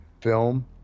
film